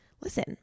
listen